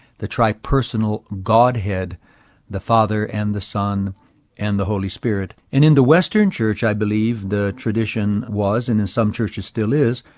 the tri-personal godhead the father and the son and the holy spirit. and in the western church, i believe, the tradition was, and in some churches still is,